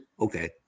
okay